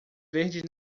verde